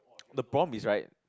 the problem is right